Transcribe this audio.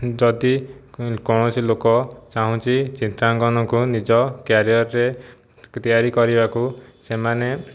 ଯଦି କୌଣସି ଲୋକ ଚାଁହୁଛି ଚିତ୍ରାଙ୍କନକୁ ନିଜ କ୍ୟାରିୟରରେ ତିଆରି କରିବାକୁ ସେମାନେ